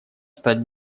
стать